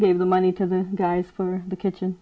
have the money to the guys for the kitchen